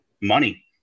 money